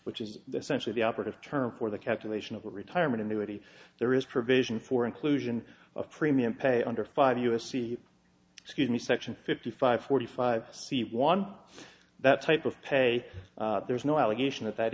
which is essentially the operative term for the calculation of retirement annuity there is provision for inclusion of premium pay under five u s c scuse me section fifty five forty five c one that type of pay there's no allegation that that